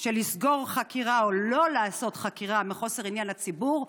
של לסגור חקירה או לא לעשות חקירה מחוסר עניין לציבור,